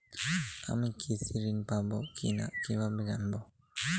আমি কৃষি ঋণ পাবো কি না কিভাবে জানবো?